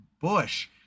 bush